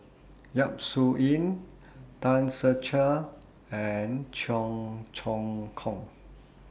Yap Su Yin Tan Ser Cher and Cheong Choong Kong